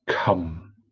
Come